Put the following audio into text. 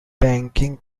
banking